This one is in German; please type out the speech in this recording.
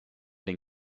den